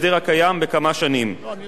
מעבר לכך,